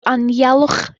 anialwch